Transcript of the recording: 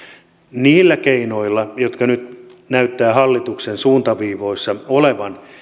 niillä keinoilla jotka nyt näyttävät hallituksen suuntaviivoissa olevan